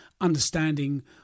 understanding